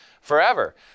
forever